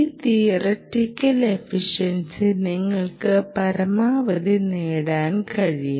ഈ പദം ഈ തിയറെറ്റിക്കൽ എഫിഷൻസി നിങ്ങൾക്ക് പരമാവധി നേടാൻ കഴിയും